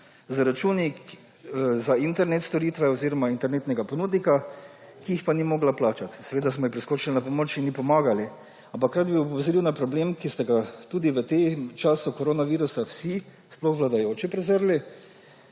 z računi za internet storitve oziroma internetnega ponudnika, ki jih pa ni mogla plačati. Seveda smo ji priskočili na pomoč in ji pomagali. Ampak rad bi opozoril na problem, ki ste ga tudi v tem času koronavirusa vsi, sploh vladajoči, prezrli,